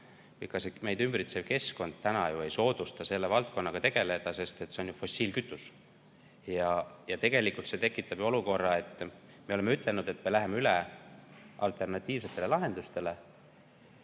ja ka meid ümbritsev keskkond ju ei soodusta selle valdkonnaga tegelemist. See on ju fossiilkütus. Ja see on tekitanud olukorra, kus me oleme ütelnud, et me läheme üle alternatiivsetele lahendustele,